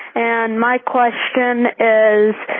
and my question is,